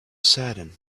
saddened